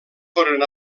foren